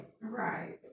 Right